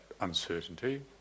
uncertainty